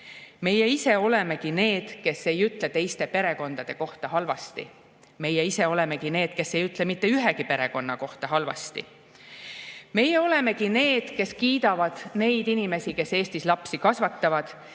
Meie ise olemegi need, kes ei ütle teiste perekondade kohta halvasti. Meie ise olemegi need, kes ei ütle mitte ühegi perekonna kohta halvasti. Meie olemegi need, kes kiidavad neid inimesi, kes Eestis lapsi kasvatavad.